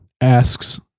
asks